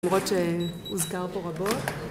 למרות שהוזכר פה רבות